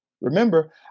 Remember